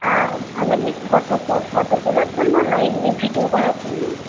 মানে miss photo photo তোলার জন্য না এমনি ভিডিও করার জন্য